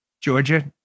Georgia